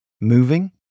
Moving